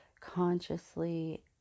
consciously